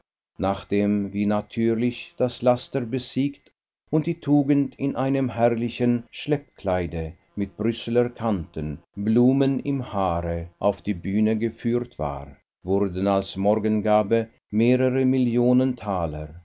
nachdem wie natürlich das laster besiegt und die tugend in einem herrlichen schleppkleide mit brüsseler kanten blumen im haare auf die bühne geführt war wurden als morgengabe mehrere millionen taler